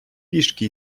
пішки